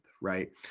right